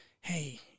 Hey